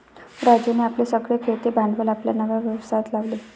राजीवने आपले सगळे खेळते भांडवल आपल्या नव्या व्यवसायात लावले